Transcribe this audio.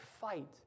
fight